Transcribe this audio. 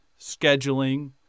scheduling